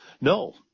No